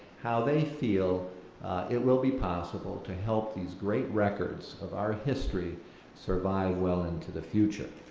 how they feel it will be possible to help these great records of our history survive well into the future.